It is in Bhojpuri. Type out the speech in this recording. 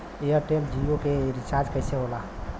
एयरटेल जीओ के रिचार्ज कैसे होला?